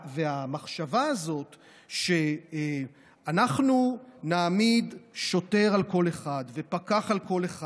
המחשבה הזאת שאנחנו נעמיד שוטר על כל אחד ופקח על כל אחד